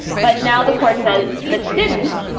but now the court says that she didn't.